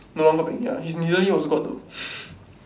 no longer playing ya his nearly also got though